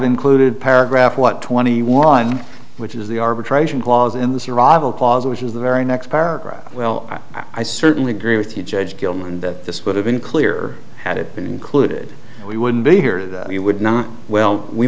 included paragraph what twenty one which is the arbitration clause in the survival clause which is the very next paragraph well i certainly agree with you judge gilman that this would have been clear had it been included we wouldn't be here that you would not well we